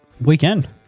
Weekend